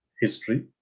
history